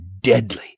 deadly